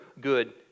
good